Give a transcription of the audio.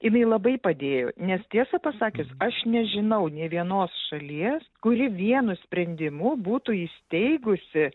jinai labai padėjo nes tiesą pasakius aš nežinau nė vienos šalies kuri vienu sprendimu būtų įsteigusi